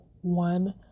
one